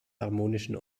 harmonischen